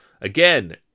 Again